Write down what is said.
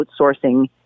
outsourcing